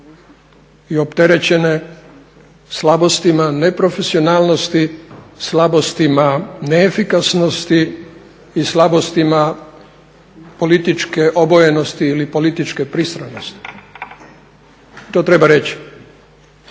i opterećene slabostima, neprofesionalnosti, slabostima neefikasnosti i slabostima političke obojenosti ili političke pristranosti, to treba reći.